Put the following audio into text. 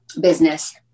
business